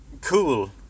cool